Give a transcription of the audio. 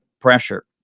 pressure